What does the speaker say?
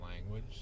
language